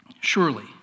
Surely